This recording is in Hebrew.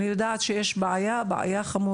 אני יודעת שיש בעיה חמורה,